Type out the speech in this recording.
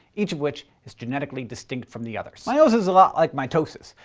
each of which is genetically distinct from the others. meiosis is a lot like mitosis,